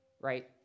right